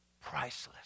priceless